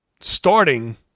starting